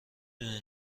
دونی